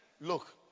Look